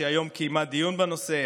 שהיום קיימה דיון בנושא,